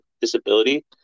disability